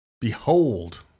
behold